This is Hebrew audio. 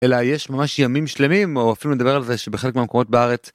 אלא יש ממש ימים שלמים או אפילו נדבר על זה שבחלק מהמקומות בארץ.